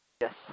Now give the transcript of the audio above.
Yes